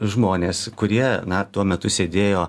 žmonės kurie na tuo metu sėdėjo